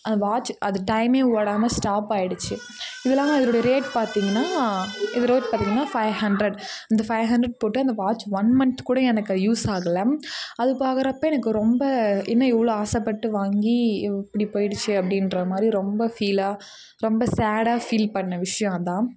watch அது டைமே ஓடாம ஸ்டாப் ஆயிடுச்சு இதனால் இதனுடைய ரேட் பார்த்திங்கன்னா இது ரேட் பார்த்திங்கன்னா பைவ் ஹண்ட்ரட் அந்த பைவ் ஹண்ட்ரட் போட்டு அந்த வாட்ச் ஒன் மந்த் கூட எனக்கு அது யூஸ் ஆகலை அது பாக்குறப்போ எனக்கு ரொம்ப என்ன இவ்வளோ ஆசைப்பட்டு வாங்கி இப்படி போயிடுச்சே அப்படின்ற மாதிரி ரொம்ப ஃபீலாக ரொம்ப சேடாக ஃபீல் பண்ண விஷயோம் அதான்